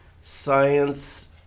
Science